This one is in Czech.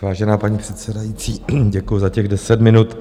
Vážená paní předsedající, děkuju za těch deset minut.